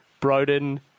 Broden